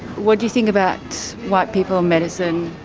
what do you think about white people medicine?